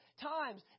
times